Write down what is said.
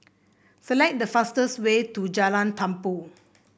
select the fastest way to Jalan Tumpu